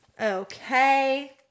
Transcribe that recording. Okay